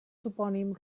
topònim